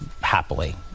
happily